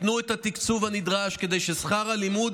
ייתנו את התקציב הנדרש כדי ששכר הלימוד